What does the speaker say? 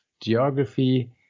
geography